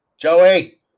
Joey